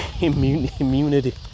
immunity